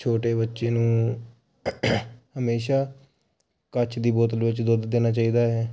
ਛੋਟੇ ਬੱਚੇ ਨੂੰ ਹਮੇਸ਼ਾ ਕੱਚ ਦੀ ਬੋਤਲ ਵਿੱਚ ਦੁੱਧ ਦੇਣਾ ਚਾਹੀਦਾ ਹੈ